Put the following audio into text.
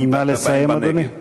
נא לסיים, אדוני.